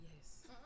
yes